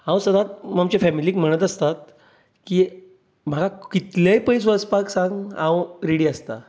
हांव सदांच आमच्या फॅमिलीक म्हणत आसता की म्हाका कितलेंय पयस वचपाक सांग हांव रेडी आसता